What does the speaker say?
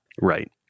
right